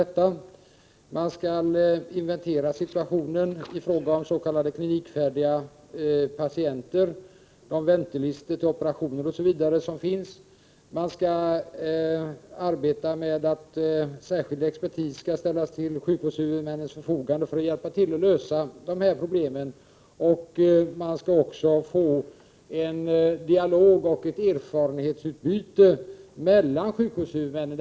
Man skall inventera situationen i fråga om s.k. klinikfärdiga patienter, väntelistor till operationer m.m. Särskild expertis skall ställas till sjukvårdshuvudmännens förfogande för att hjälpa till att lösa dessa problem. Dessutom skall' man få till stånd en dialog och ett erfarenhetsutbyte mellan sjukvårdshuvudmännen.